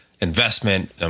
investment